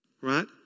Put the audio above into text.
right